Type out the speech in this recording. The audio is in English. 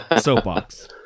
soapbox